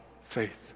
faith